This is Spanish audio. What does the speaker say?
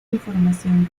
información